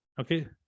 Okay